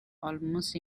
almost